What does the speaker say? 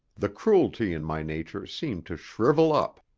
the cruelty in my nature seemed to shrivel up.